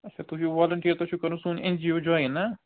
اَچھا تُہۍ چھُو والنٹیر تۄہہِ چھُو کَرُن سون اٮ۪ن جی اوس جویِن